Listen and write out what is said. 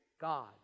God